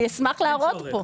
אני אשמח להראות את זה פה.